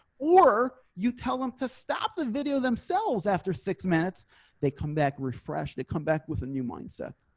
or you tell them to stop the video themselves after six minutes they come back refreshed. they come back with a new mindset.